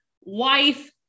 wife